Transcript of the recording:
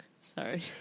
Sorry